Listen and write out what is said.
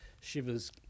shivers